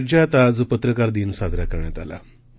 राज्यात आज पत्रकार दिन साजरा केला जात आहे